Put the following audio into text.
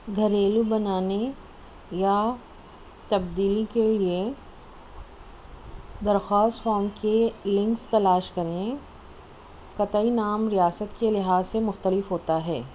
گھریلو بنانے یا تبدیلی کے لیے درخواست فارم کے لنکس تلاش کریں قطعی نام ریاست کے لحاظ سے مختلف ہوتا ہے